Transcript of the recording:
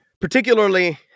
Particularly